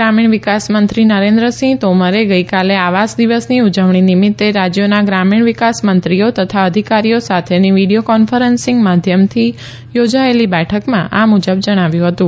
ગ્રામીણ વિકાસ મંત્રી નરેન્દ્રસિંહ તોમરે ગઇકાલે આવાસ દિવસની ઉજવણી નિમિત્તે રાજયોના ગ્રામીણ વિકાસ મંત્રીઓ તથા અધિકારીઓ સાથેની વિડીયો કોન્ફરન્સીંગ માધ્યમથી યોજાયેલી બેઠકમાં આ મુજબ જણાવ્યું હતું